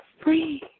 free